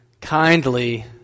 kindly